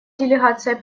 делегация